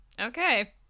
Okay